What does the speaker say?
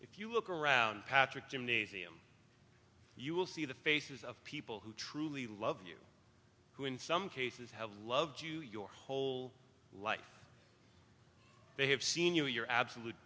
if you look around patrick gymnasium you will see the faces of people who truly love you who in some cases have loved you your whole life they have seen you your absolute